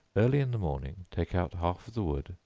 early in the morning, take out half of the wood,